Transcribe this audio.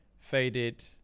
Faded